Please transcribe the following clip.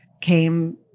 came